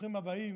ברוכים הבאים,